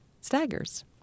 Staggers